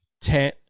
Ten